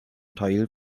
teil